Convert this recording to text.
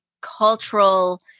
cultural